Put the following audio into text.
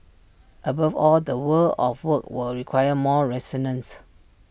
above all the world of work will require more resilience